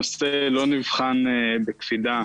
הנושא לא נבחן בקפידה